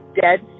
dead